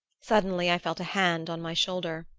suddenly i felt a hand on my shoulder.